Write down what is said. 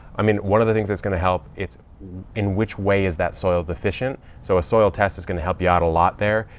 i mean, one of the things that's going to help it's in which way is that soil deficient. so a soil test is going to help you out a lot there.